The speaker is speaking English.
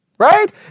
Right